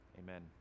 amen